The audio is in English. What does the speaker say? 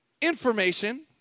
information